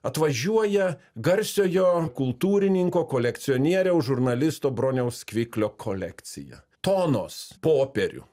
atvažiuoja garsiojo kultūrininko kolekcionieriaus žurnalisto broniaus kviklio kolekcija tonos popierių